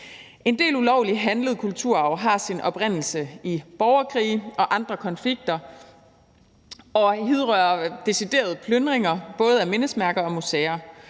En del ulovligt handlet kulturarv har sin oprindelse i borgerkrige og andre konflikter og hidrører fra deciderede plyndringer, både af mindesmærker og museer.